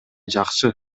жакшы